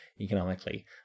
economically